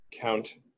count